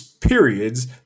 periods